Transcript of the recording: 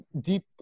deep